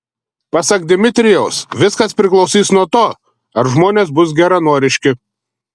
pasak dmitrijaus viskas priklausys nuo to ar žmonės bus geranoriški